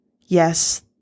Yes